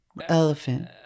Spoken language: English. elephant